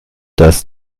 das